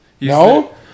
No